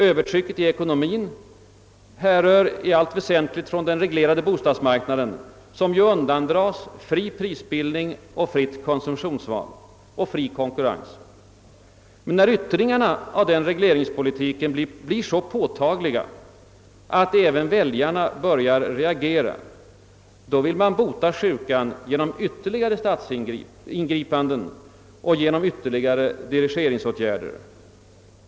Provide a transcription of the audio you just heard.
Övertrycket i ekonomien härrör i allt väsentligt från den reglerade bostadsmarknaden, som undandrages fri prisbildning, fritt konsumtionsval och fri konkurrens. Men när följderna av regleringspolitiken blir så påtagliga, att även väljarna börjar reagera, vill man bota sjukan genom ytterligare statsingripanden och ytterligare dirigeringsåtgärder.